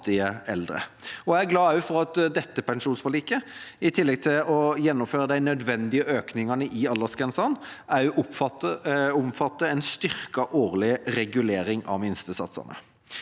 Jeg er glad for at dette pensjonsforliket i tillegg til å gjennomføre de nødvendige økningene i aldersgrensene omfatter en styrket årlig regulering av minstesatsene.